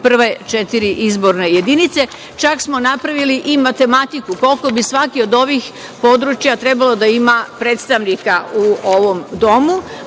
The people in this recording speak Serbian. prve četiri izborne jedinice. Čak smo napravili i matematiku koliko bi svaki od ovih područja trebalo da ima predstavnika u ovom domu,